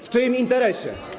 W czyim interesie?